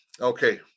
Okay